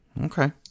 Okay